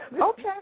Okay